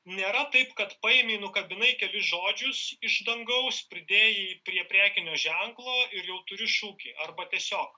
nėra taip kad paėmei nukabinai kelis žodžius iš dangaus pridėjai prie prekinio ženklo ir jau turi šūkį arba tiesiog